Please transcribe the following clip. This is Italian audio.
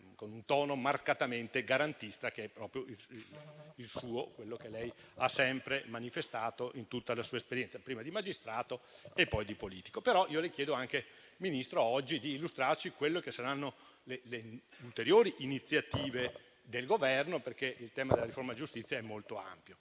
con un tono marcatamente garantista, che è proprio quello che lei ha sempre manifestato in tutta la sua esperienza, prima di magistrato e poi di politico. Le chiedo altresì, signor Ministro, di illustrarci le ulteriori iniziative del Governo, perché il tema della riforma giustizia è molto ampio.